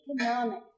economic